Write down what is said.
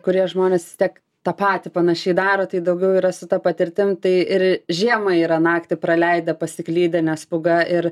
kurie žmonės vis tiek tą patį panašiai daro tai daugiau yra su ta patirtim tai ir žiemą yra naktį praleidę pasiklydę nes pūga ir